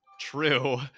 True